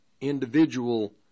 individual